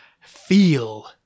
Feel